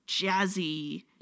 jazzy